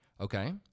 Okay